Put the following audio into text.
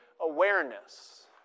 awareness